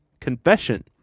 confession